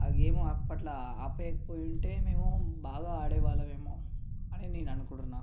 ఆ గేమ్ ఆప్పట్లో ఆపేయక పోయుంటే మేము బాగా ఆడేవాళ్ళము ఏమో అని నేను అనుకుంటున్నాను